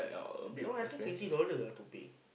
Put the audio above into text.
that one I think twenty dollar ah to pay